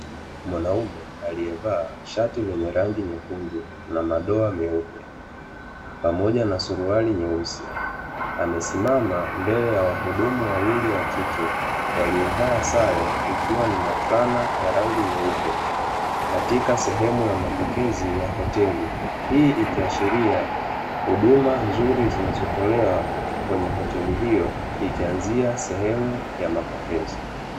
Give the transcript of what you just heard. Mwanaume aliyevaa shati lenye rangi nyekundu na madoa meupe, pamoja na suruali nyeusi. Amesimama mbele ya wahudumu wawili wa kike, waliovaa sare ikiwa ni mafulana ya rangi nyeupe, katika sehemu ya mapokezi ya hoteli. Hii ikiashiria huduma nzuri zinazotolewa kwenye hoteli hiyo, ikianzia sehemu ya mapokezi.